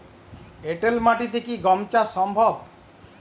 এঁটেল মাটিতে কি গম চাষ সম্ভব?